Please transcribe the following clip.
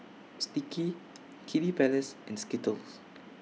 Sticky Kiddy Palace and Skittles